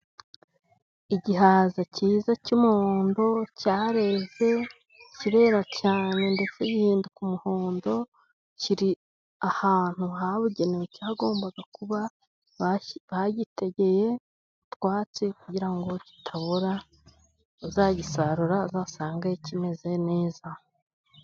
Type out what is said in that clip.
Igihaza cyiza cy'umuhondo cyareze, kirera cyane, ndetse gihinduka umuhondo, kiri ahantu habugenewe, cyagombaga kuba, bagitegeye utwatsi, kugira ngo kitabora, uzagisarura azasange kimeze neza.